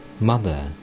Mother